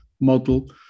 model